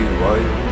white